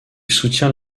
soutient